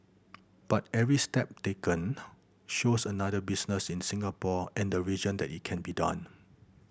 but every step taken shows another business in Singapore and the region that it can be done